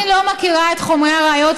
אני לא מכירה את חומרי הראיות,